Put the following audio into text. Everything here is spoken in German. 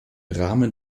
rahmen